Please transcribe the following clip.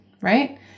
right